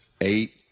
Eight